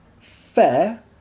fair